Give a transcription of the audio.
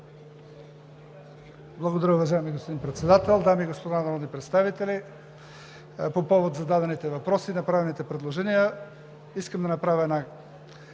Благодаря, уважаеми господин Председател. Дами и господа народни представители! По повод на зададените въпроси и направените предложения искам да направя едно